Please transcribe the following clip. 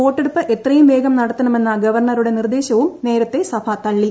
വോട്ടെടുപ്പ് എത്രയും വേഗം നടത്തണമെന്ന ഗവർണറുടെ നിർദ്ദേശവും നേരത്തെ സഭ തള്ളി